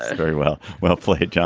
very well well, for him.